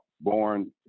born